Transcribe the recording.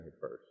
first